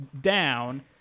down